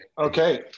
okay